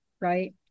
right